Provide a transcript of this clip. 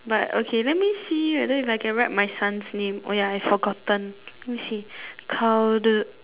but okay let me see whether if I can write my son's name oh ya I forgotten let me see